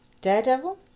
Daredevil